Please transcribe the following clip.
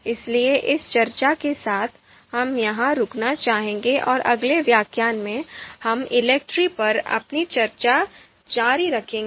इसलिए इस चर्चा के साथ हम यहां रुकना चाहेंगे और अगले व्याख्यान में हम ELECTRE पर अपनी चर्चा जारी रखेंगे